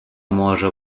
може